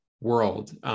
world